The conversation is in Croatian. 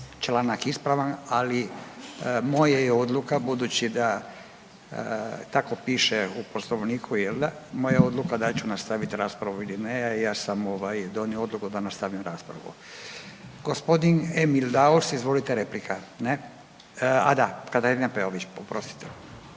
članak ispravan. Ali moja je odluka budući da tako piše u Poslovniku jel' da? Moja je odluka sa ću nastaviti raspravu ili ne. Ja sam donio odluku da nastavim raspravu. Gospodin Emil Daus, izvolite replika. Ne? A da, Katarina Peović. Oprostite.